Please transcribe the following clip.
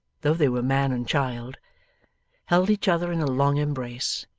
though they were man and child held each other in a long embrace,